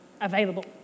available